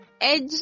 Edge